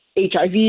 HIV